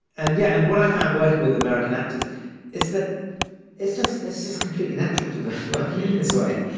and yeah, and what i found working with american actors is that it's just it's just completely natural to them this way,